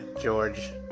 George